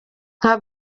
nka